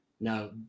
Now